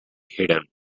hidden